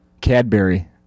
Cadbury